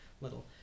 little